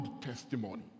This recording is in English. testimony